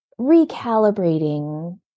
recalibrating